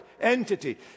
entity